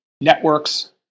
networks